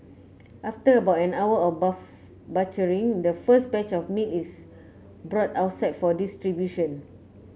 after about an hour of butchering the first batch of meat is brought outside for distribution